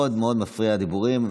מאוד מאוד מפריעים הדיבורים,